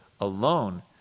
alone